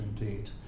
indeed